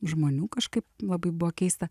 žmonių kažkaip labai buvo keista